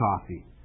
coffee